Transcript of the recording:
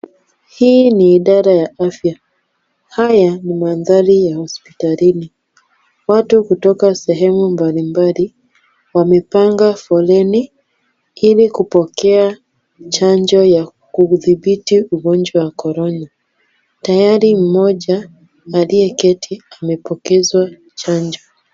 Hii ni idara ya afya. Haya ni mandhari ya hospitalini, watu kutoka sehemu mbalimbali wamepanga foleni ili kupokea chanjo ya kudhibiti ugonjwa wa korona. Tayari mmoja aliyeketi amepokezwa chanjo.